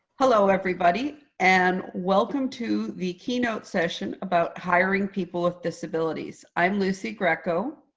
hello, everybody, and welcome to the keynote session about hiring people with disabilities. i'm lucy greco,